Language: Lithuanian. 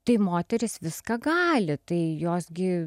tai moterys viską gali tai jos gi